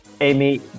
Amy